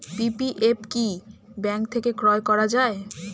PPF কি bank থেকে ক্রয় করা যায়?